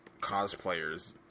cosplayers